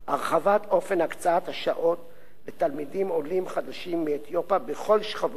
הרחבת אופן הקצאת השעות לתלמידים עולים חדשים מאתיופיה בכל שכבות הגיל.